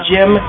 Jim